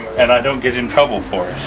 and i don't get in trouble for it.